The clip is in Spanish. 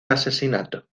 asesinato